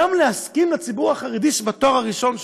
גם להסכים לציבור החרדי שבתואר הראשון שלו,